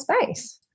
space